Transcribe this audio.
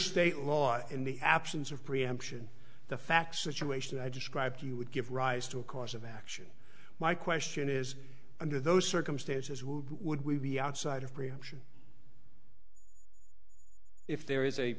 state law in the absence of preemption the facts situation i described to you would give rise to a course of action my question is under those circumstances would we be outside of preemption if there is a